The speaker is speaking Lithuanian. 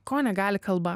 ko negali kalba